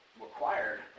required